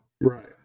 Right